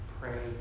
pray